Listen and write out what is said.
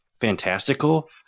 fantastical